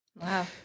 Wow